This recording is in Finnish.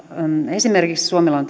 esimerkiksi suomella on